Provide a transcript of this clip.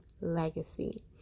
legacy